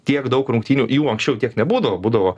tiek daug rungtynių jų anksčiau tiek nebūdavo būdavo